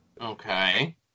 Okay